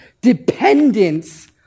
dependence